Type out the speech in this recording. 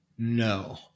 no